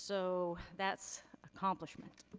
so, that's accomplishment.